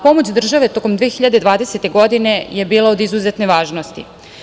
Pomoć države tokom 2020. godine je bila od izuzetne važnosti.